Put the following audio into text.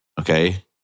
okay